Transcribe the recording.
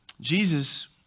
Jesus